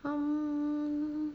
um